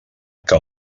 que